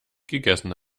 gegessen